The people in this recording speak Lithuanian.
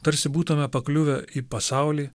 tarsi būtume pakliuvę į pasaulį